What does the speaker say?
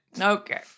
okay